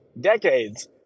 decades